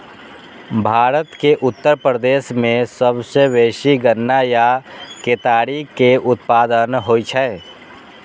भारत के उत्तर प्रदेश मे सबसं बेसी गन्ना या केतारी के उत्पादन होइ छै